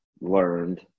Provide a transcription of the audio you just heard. learned